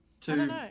Two